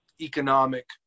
economic